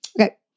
Okay